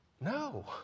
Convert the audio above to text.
No